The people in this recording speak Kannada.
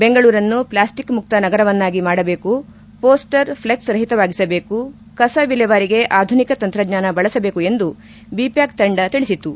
ಬೆಂಗಳೂರನ್ನು ಪ್ಲಾಸ್ಟಿಕ್ ಮುಕ್ತ ನಗರವನ್ನಾಗಿ ಮಾಡಬೇಕು ಪೋಸ್ಟರ್ ಫ್ಲೆಕ್ಸ್ ರಹಿತವಾಗಿಸಬೇಕು ಕಸ ವಿಲೇವಾರಿಗೆ ಆಧುನಿಕ ತಂತ್ರಜ್ಞಾನ ಬಳಸಬೇಕು ಎಂದು ಬಿ ಪ್ಚಾಕ್ ತಂಡ ತಿಳಿಸಿತು